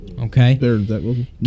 Okay